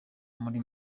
muri